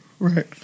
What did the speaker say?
Right